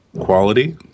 Quality